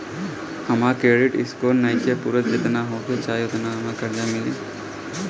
हमार credit score नईखे पूरत जेतना होए के चाही त हमरा कर्जा कैसे मिली?